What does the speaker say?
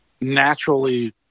naturally